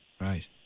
Right